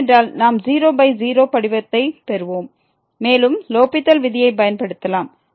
ஏனென்றால் நாம் 00 படிவத்தைப் பெறுவோம் மேலும் லோப்பித்தல் விதியைப் பயன்படுத்தலாம்